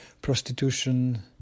prostitution